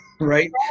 right